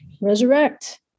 Resurrect